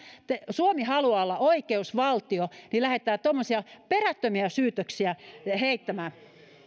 suomi haluaa olla oikeusvaltio ja lähdetään tuommoisia perättömiä syytöksiä heittämään